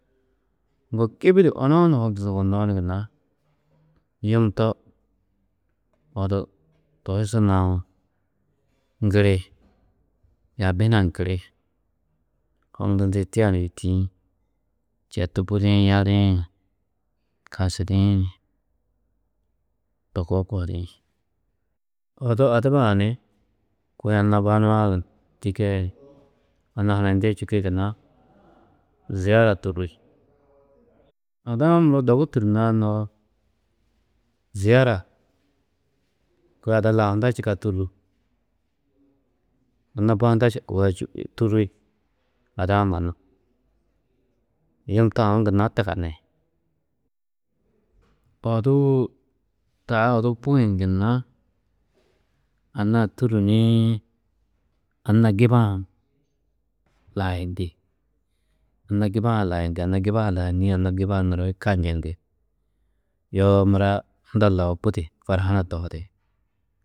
Ŋgo gibi di onou nu hokndundudo yugonnoó ni gunna yum to odu to hi su nau ŋgiri, yaabi hunã ŋgiri, hokndindi, tia ni yûtiĩ, četu budiĩ, yadiĩ, kasidiĩ, to koo kohidiĩ. Odu adiba-ã ni kôi anna ba nuã čîka yê anna hanayindia čîka yê gunna ziara tûrri. Ada-ã muro dogu tûrrunãá noo, ziara kôi ada lau hunda čîka tûrru, anna ba hunda tûrri, ada-ã mannu, yum to aũ gunna tugani. Odu, taa odu bui-ĩ gunna, anna-ã tûrru nii, anna giba-ã lahayindi. Anna giba-ã lahayindi, anna giba-ã lahanîe, anna giba-ã nuro hi ka njendi. Yoo mura, unda lau budi farhana tohidi.